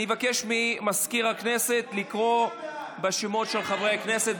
אני אבקש ממזכיר הכנסת לקרוא בשמות של חברי הכנסת,